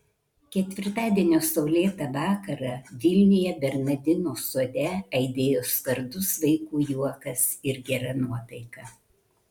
ketvirtadienio saulėtą vakarą vilniuje bernardinų sode aidėjo skardus vaikų juokas ir gera nuotaika